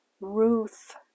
Ruth